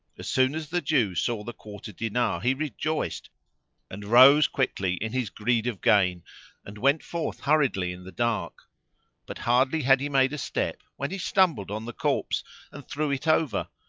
as soon as the jew saw the quarter dinar he rejoiced and rose quickly in his greed of gain and went forth hurriedly in the dark but hardly had he made a step when he stumbled on the corpse and threw it over,